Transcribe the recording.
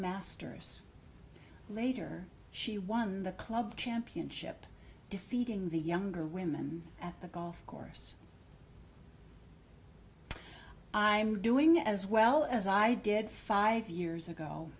masters later she won the club championship defeating the younger women at the golf course i'm doing as well as i did five years ago